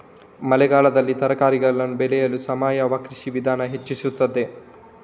ಮಳೆಗಾಲದಲ್ಲಿ ತರಕಾರಿಗಳನ್ನು ಬೆಳೆಯಲು ಸಾವಯವ ಕೃಷಿಯ ವಿಧಾನ ಹೆಚ್ಚಿಸುತ್ತದೆ?